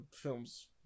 film's